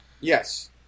Yes